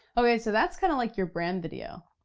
okay, so that's kinda like your brand video,